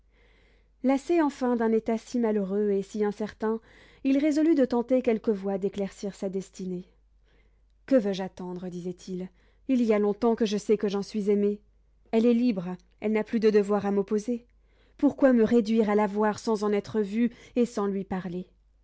lassé enfin d'un état si malheureux et si incertain il résolut de tenter quelque voie d'éclaircir sa destinée que veux-je attendre disait-il il y a longtemps que je sais que j'en suis aimé elle est libre elle n'a plus de devoir à m'opposer pourquoi me réduire à la voir sans en être vu et sans lui parler